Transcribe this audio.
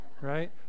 right